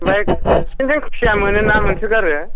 ओमफ्राय नोंसिनिथिं खुसिया मोनोना मोनसोगारो